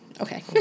Okay